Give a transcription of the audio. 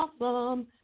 awesome